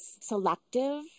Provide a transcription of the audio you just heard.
selective